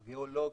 הגיאולוגי,